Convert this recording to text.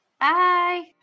Bye